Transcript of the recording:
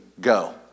Go